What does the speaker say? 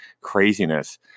craziness